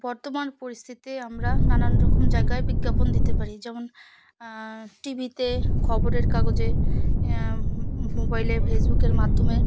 বর্তমান পরিস্থিতি আমরা নানান রকম জায়গায় বিজ্ঞাপন দিতে পারি যেমন টিভিতে খবরের কাগজে মোবাইলে ফেসবুকের মাধ্যমে